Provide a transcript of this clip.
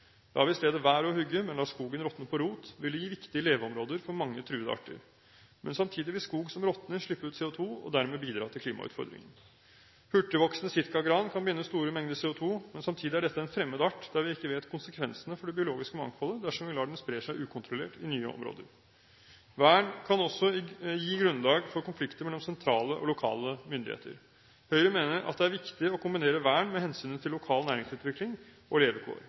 i stedet være å hugge, men lar skogen råtne på rot, vil det gi viktige leveområder for mange truede arter. Men samtidig vil skog som råtner, slippe ut CO2 og dermed bidra til klimautfordringen. Hurtigvoksende sitkagran kan binde store mengder CO2, men samtidig er dette en fremmed art der vi ikke vet konsekvensene for det biologiske mangfoldet dersom vi lar den spre seg ukontrollert i nye områder. Vern kan også gi grunnlag for konflikter mellom sentrale og lokale myndigheter. Høyre mener at det er viktig å kombinere vern med hensynet til lokal næringsutvikling og levekår.